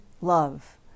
love